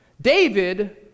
David